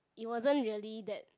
it wasn't really that